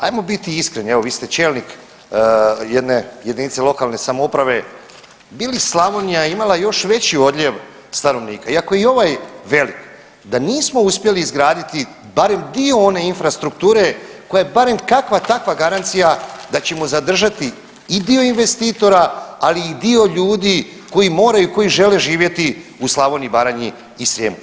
Ajmo biti iskreni, evo, vi ste čelnik jedne jedinice lokalne samouprave, bili Slavonija imala još veći odljev stanovnika, iako je ovaj velik, da nismo uspjeli izgraditi barem dio one infrastrukture koja barem kakva takva garancija da ćemo zadržati i dio investitora, ali i dio ljudi koji moraju i koji žele živjeti u Slavoniji, Baranji i Srijemu?